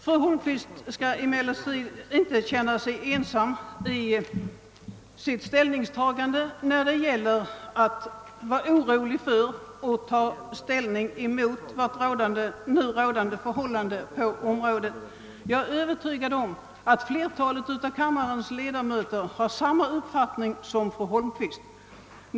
Fru Holmqvist skall emellertid inte känna sig ensam i sitt ställningstagande, när hon är orolig för och kritiserar nu rådande förhållanden på området. Jag är övertygad om att flertalet av kammarens ledamöter därvidlag har samma uppfattning som fru Holmqvist.